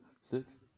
six